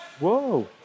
Whoa